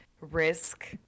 risk